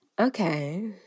Okay